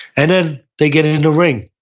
and then they get in the ring,